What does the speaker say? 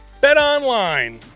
BetOnline